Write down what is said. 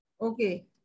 Okay